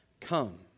come